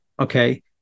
okay